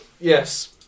yes